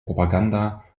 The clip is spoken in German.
propaganda